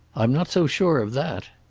i'm not so sure of that.